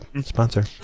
sponsor